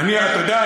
אתה יודע,